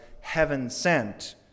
heaven-sent